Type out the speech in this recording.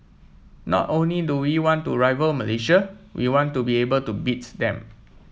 not only do we want to rival Malaysia we want to be able to beats them